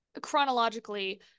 chronologically